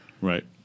right